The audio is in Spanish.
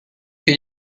que